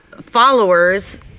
followers